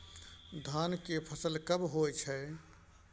धान के फसल कब होय छै?